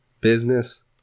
business